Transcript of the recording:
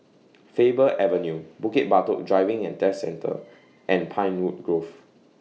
Faber Avenue Bukit Batok Driving and Test Centre and Pinewood Grove